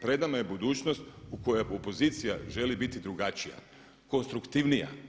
Pred nama je budućnost u kojoj opozicija želi biti drugačija, konstruktivnija.